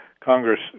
Congress